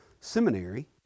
Seminary